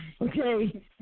Okay